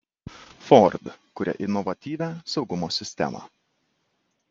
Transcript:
ford kuria inovatyvią saugumo sistemą